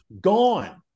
gone